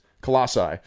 colossi